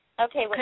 Okay